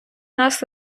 нас